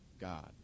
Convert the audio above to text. God